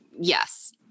yes